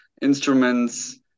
instruments